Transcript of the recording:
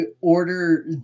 order